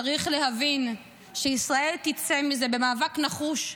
צריך להבין שישראל תצא מזה במאבק נחוש,